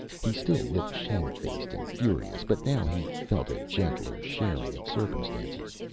he still looked shamefaced and furious but now he felt a gentler sharing of circumstances.